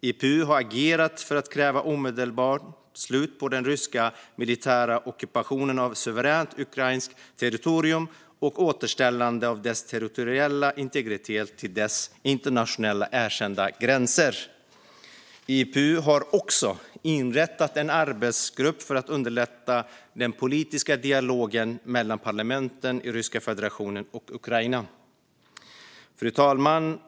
IPU har agerat för att kräva ett omedelbart slut på den ryska militära ockupationen av suveränt ukrainskt territorium och ett återställande av dess territoriella integritet till dess internationellt erkända gränser. IPU har också inrättat en arbetsgrupp för att underlätta den politiska dialogen mellan parlamenten i Ryska federationen och Ukraina. Fru talman!